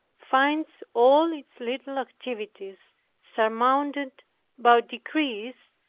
finds all its little activities surmounted by degrees,